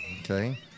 Okay